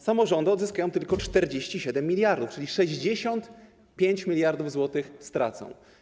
Samorządy odzyskają tylko 47 mld zł, czyli 65 mld zł stracą.